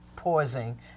pausing